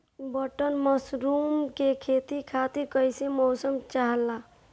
Button mushroom के खेती खातिर कईसे मौसम चाहिला?